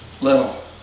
little